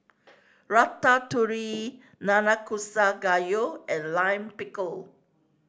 Ratatouille Nanakusa Gayu and Lime Pickle